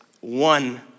one